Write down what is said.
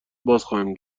بازخواهم